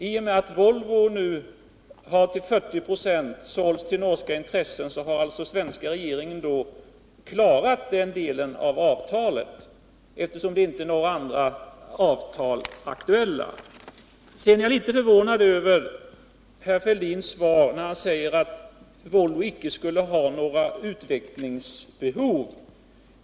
I och med att Volvo till 40 96 har sålts till norska intressen, har alltså den svenska regeringen klarat den delen av avtalet. Inga andra avtal är ju aktuella. Vidare blev jag litet förvånad när herr Fälldin sade att Volvo inte skulle ha några utvecklingsbehov.